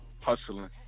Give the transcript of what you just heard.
hustling